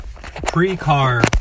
Pre-car